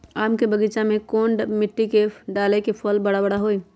आम के बगीचा में कौन मिट्टी डाले से फल बारा बारा होई?